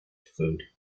food